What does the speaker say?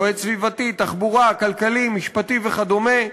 יועץ סביבתי, תחבורתי, כלכלי, משפטי וכדומה.